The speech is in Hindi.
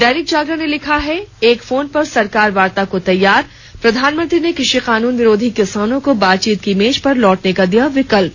दैनिक जागरण ने लिखा है एक फोन पर सरकार वार्ता को तैयार प्रधानमंत्री ने कृषि कानून विरोधी किसानों को बातचीत की मेज पर लौटने का दिया विकल्प